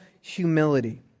humility